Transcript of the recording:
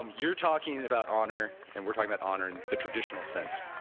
um you're talking about honor and we're talking about honor in the traditional sense,